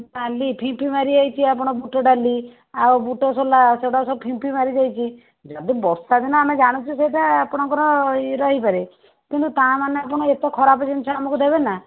ଡ଼ାଲି ଫିମ୍ପି ମାରିଯାଇଛି ଆପଣ ବୁଟ ଡ଼ାଲି ଆଉ ବୁଟ ସୋଲା ସେଗୁଡ଼ା ସବୁ ଫିମ୍ପି ମାରିଯାଇଛି ଯଦି ବର୍ଷା ଦିନ ଆମେ ଜାଣୁଛୁ ସେଇଟା ଆପଣଙ୍କର ଇଏରେ ହେଇପାରେ କିନ୍ତୁ ତା ମାନେ ଆପଣ ଏତେ ଖରାପ୍ ଜିନିଷ ଆମକୁ ଦେବେନା